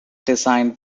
designed